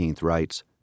writes